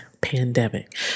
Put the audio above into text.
Pandemic